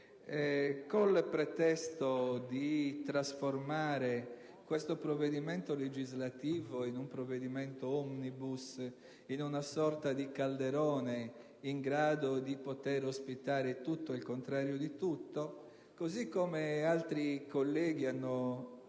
il pretesto di trasformare questo provvedimento legislativo in un provvedimento *omnibus*, in una sorta di calderone in grado di poter ospitare tutto e il contrario di tutto, come altri colleghi hanno già